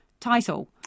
title